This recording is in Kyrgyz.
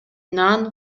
нан